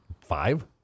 five